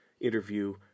interview